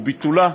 וביטולה,